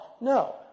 No